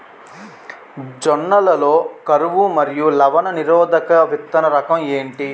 జొన్న లలో కరువు మరియు లవణ నిరోధక విత్తన రకం ఏంటి?